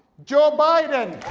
joe biden.